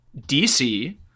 DC